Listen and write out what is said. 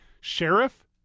sheriff